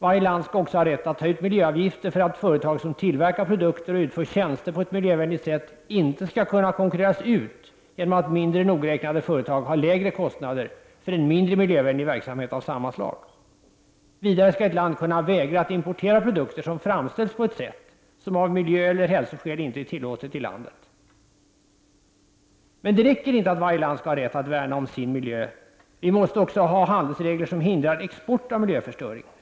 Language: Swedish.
Varje land skall också ha rätt att ta ut miljöavgifter för att företag som tillverkar produkter och utför tjänster på miljövänligt sätt inte skall kunna konkurreras ut genom att mindre nogräknade företag har lägre kostnader för mindre miljövänlig verksamhet av samma slag. Vidare skall ett land kunna vägra att im portera produkter som framställs på ett sätt som av miljöeller hälsoskäl inte är tillåtet i landet. Det räcker emellertid inte att man skall ha rätt att värna om sin miljö. Vi måste också ha handelsregler som hindrar export av miljöförstöring.